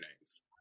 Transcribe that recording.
names